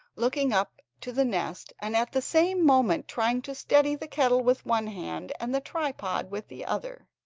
looking up to the nest, and at the same moment trying to steady the kettle with one hand and the tripod with the other.